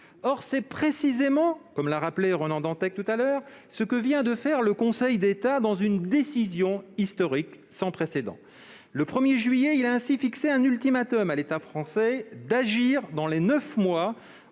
Or, c'est précisément, comme l'a rappelé Ronan Dantec, ce que vient de faire le Conseil d'État dans une décision historique sans précédent. Le 1juillet, il a ainsi fixé un ultimatum à l'État français - celui-ci devra agir